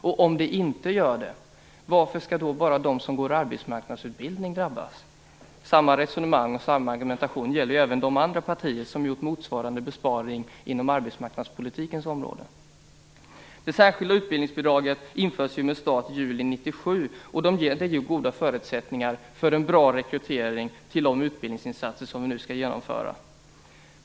Om det inte skall det, varför skall då bara de som går arbetsmarknadsutbildning drabbas? Samma resonemang och samma argumentation gäller även de andra partier som gjort motsvarande besparing på arbetsmarknadspolitikens område. Det särskilda utbildningsbidraget införs ju med start i juli 1997, och det ger goda förutsättningar för en bra rekrytering till de utbildningsinsatser som vi nu skall genomföra.